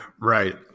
Right